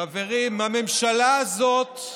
חברים, הממשלה הזאת,